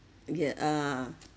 okay uh